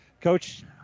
coach